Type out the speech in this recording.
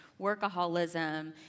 workaholism